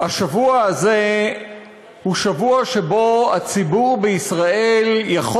השבוע הזה הוא שבוע שבו הציבור בישראל יכול